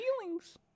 feelings